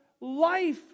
life